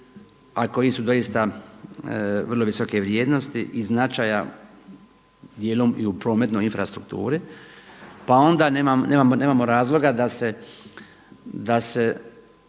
a koji su doista vrlo visoke vrijednosti i značaja dijelom i u prometnoj infrastrukturi. Pa onda nemamo razloga da se